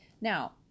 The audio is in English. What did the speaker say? Now